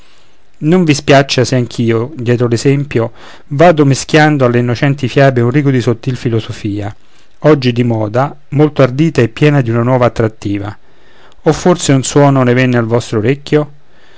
non vi spiaccia se anch'io dietro l'esempio vado meschiando alle innocenti fiabe un rigo di sottil filosofia oggi di moda molto ardita e piena di una nuova attrattiva o forse un suono ne venne al vostro orecchio